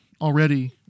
already